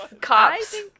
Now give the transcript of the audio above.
Cops